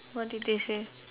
what did they say